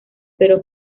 pero